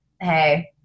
Hey